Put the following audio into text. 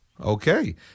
Okay